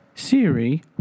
Siri